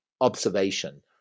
observation